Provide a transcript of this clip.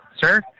Sir